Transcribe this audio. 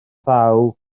thaw